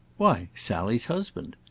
why sally's husband.